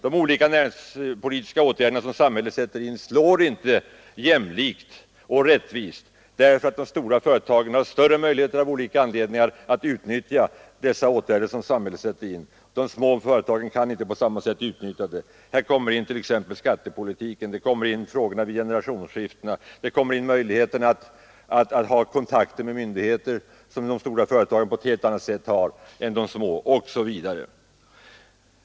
De olika näringspolitiska åtgärder som samhället sätter in slår inte jämlikt och rättvist, eftersom de stora företagen av olika anledningar har större möjligheter än de små att utnyttja de förmåner som samhället erbjuder. Här kommer t.ex. skattepolitiken in liksom problemen vid generationsskiften och möjligheterna att ta direktkontakter med myndigheter m.m.